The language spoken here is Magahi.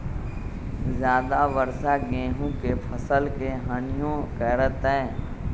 ज्यादा वर्षा गेंहू के फसल के हानियों करतै?